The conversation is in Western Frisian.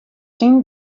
syn